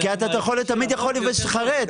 כי אתה תמיד יכול להתחרט.